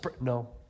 No